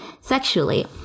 sexually